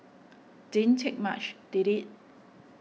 didn't take much did it